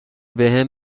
بهم